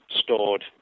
stored